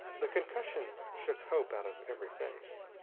the concussion shook hope out of every face.